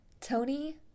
Tony